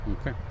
Okay